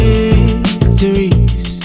Victories